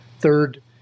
Third